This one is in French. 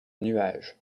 nuage